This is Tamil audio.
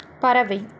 பறவை